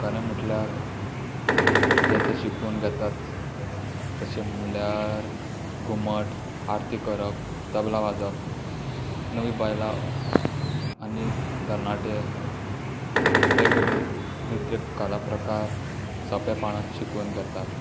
खरें म्हटल्यार जे ते शिकून घेतात तशें म्हणल्यार घूमट आरती करप तबला वाजोवप नवी बायलां आनी तरणाटे वेगवेगळे नृत्य कला प्रकार सोंपेपणान शिकून घेतात